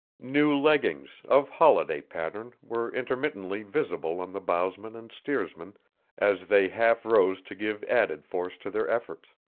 new leggings, of holiday pattern, were intermittently visible on the bowsmen and steersmen as they half rose to give added force to their efforts.